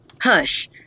Hush